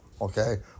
okay